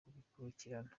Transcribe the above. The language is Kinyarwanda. kubikurikirana